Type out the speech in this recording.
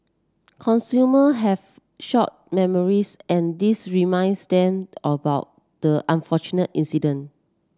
consumer have short memories and this reminds them about the unfortunate incident